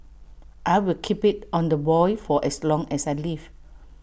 I'll keep IT on the boil for as long as I live